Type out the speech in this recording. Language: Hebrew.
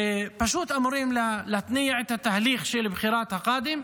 שפשוט אמורים להתניע את התהליך של בחירת הקאדים.